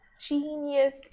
genius